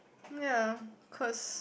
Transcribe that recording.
ya cause